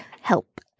Help